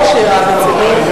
לא שירה בציבור.